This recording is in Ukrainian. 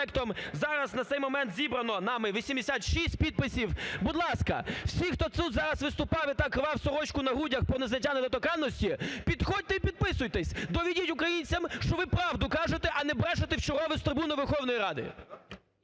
зараз на цей момент зібрано нами 86 підписів. Будь ласка, всі, хто тут зараз виступав і так рвав сорочку на грудях про незняття недоторканності – підходьте і підписуйтесь, доведіть українцям, що ви правду кажете, а не брешете в чергове з трибуни Верховної Ради!